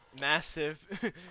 Massive